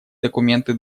документы